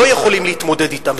לא יכולים להתמודד אתם.